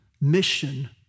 mission